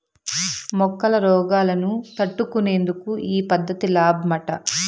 మొక్కల రోగాలను తట్టుకునేందుకు ఈ పద్ధతి లాబ్మట